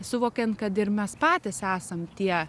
suvokiant kad ir mes patys esam tie